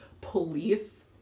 Police